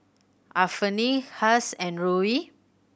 Anfernee Cass and Roe